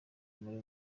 muri